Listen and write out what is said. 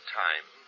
time